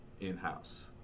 in-house